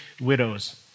widows